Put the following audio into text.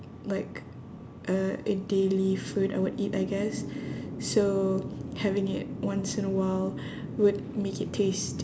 like uh a daily food I would eat I guess so having it once in a while would make it taste